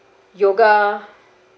yoga